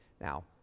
now